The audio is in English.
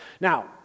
Now